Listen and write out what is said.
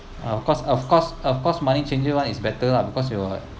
of course of course of course money changer [one] is better lah because you